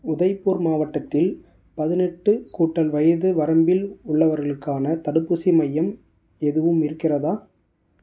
உதய்பூர் மாவட்டத்தில் பதினெட்டு கூட்டல் வயது வரம்பில் உள்ளவர்களுக்கான தடுப்பூசி மையம் எதுவும் இருக்கிறதா